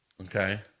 Okay